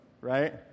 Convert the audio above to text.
right